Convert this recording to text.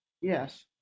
Yes